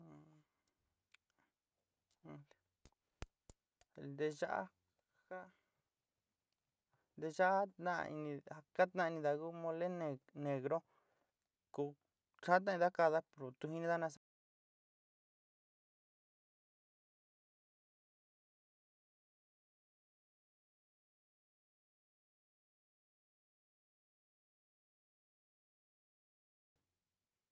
Nteyá ja nteya ntá in ja ka taininidá ku mole negro ku jataindá kaáda ko tu jinidá nasa.